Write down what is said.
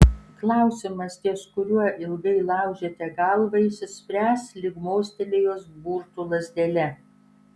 klausimas ties kuriuo ilgai laužėte galvą išsispręs lyg mostelėjus burtų lazdele